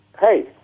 hey